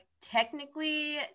technically